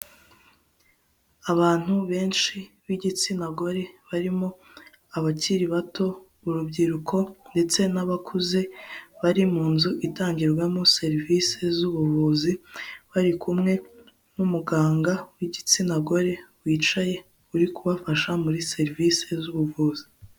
Abantu benshi b'igitsina gore barimo abakiri bato, urubyiruko ndetse n'abakuze, bari mu nzu itangirwamo serivisi z'ubuvuzi, bari kumwe n'umuganga w'igitsina gore wicaye uri kubafasha muri serivisi z'ubuvuzi.